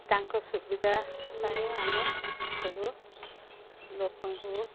ତାଙ୍କ ସୁବିଧା ପାଇଁ ଆମେ ସବୁ ଲୋକଙ୍କୁ